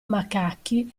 macachi